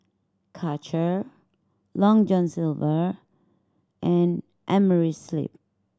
Karcher Long John Silver and Amerisleep